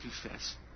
confess